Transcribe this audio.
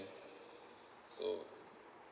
so